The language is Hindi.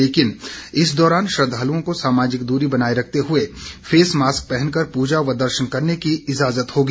लेकिन इस दौरान श्रद्दालुओं को सामाजिक दूरी बनाए रखते हुए फेस मास्क पहनकर पूजा व दर्शन करने की इजाजत होगी